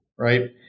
right